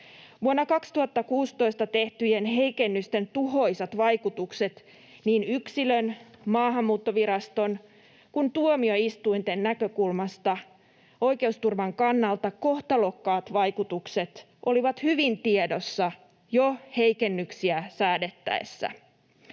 Vuonna 2016 tehtyjen heikennysten tuhoisat vaikutukset niin yksilön, Maahanmuuttoviraston kuin tuomioistuinten näkökulmasta — oikeusturvan kannalta kohtalokkaat vaikutukset — olivat hyvin tiedossa jo heikennyksiä säädettäessä.